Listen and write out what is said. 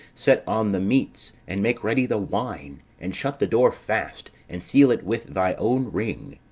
set on the meats, and make ready the wine, and shut the door fast, and seal it with thy own ring